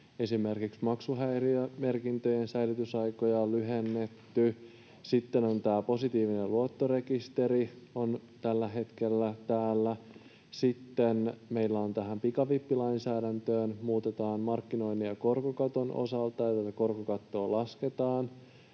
Esimerkiksi maksuhäiriömerkintöjen säilytysaikoja on lyhennetty, sitten tämä positiivinen luottorekisteri on tällä hetkellä täällä, sitten meillä tätä pikavippilainsäädäntöä muutetaan markkinoinnin ja korkokaton osalta eli tätä korkokattoa lasketaan,